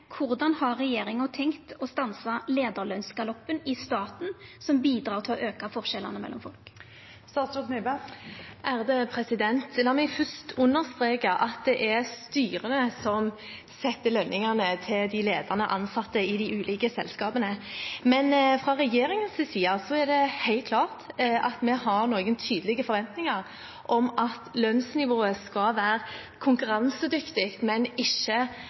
har regjeringa tenkt å stansa leiarlønsgaloppen i staten, som bidreg til å auka forskjellane mellom folk? La meg først understreke at det er styrene som setter lønningene til de ledende ansatte i de ulike selskapene. Men fra regjeringens side er det helt klart at vi har noen tydelige forventninger om at lønnsnivået skal være konkurransedyktig, men ikke